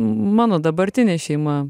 mano dabartinė šeima